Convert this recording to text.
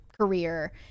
career